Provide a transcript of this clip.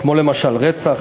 כמו למשל רצח,